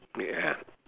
ya